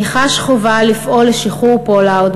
אני חש חובה לפעול לשחרור פולארד,